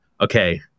Okay